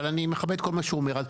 אבל אני מכבד את כל מה שהוא אומר,